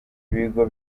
bigo